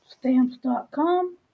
Stamps.com